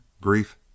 grief